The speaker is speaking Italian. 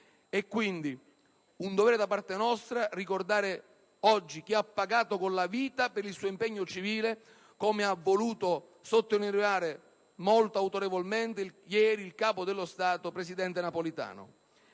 È quindi un dovere da parte nostra ricordare oggi chi ha pagato con la vita per il suo impegno civile, come ha voluto sottolineare molto autorevolmente ieri il Capo dello Stato Giorgio Napolitano.